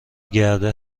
گرده